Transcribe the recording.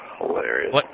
Hilarious